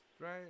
right